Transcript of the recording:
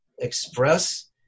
express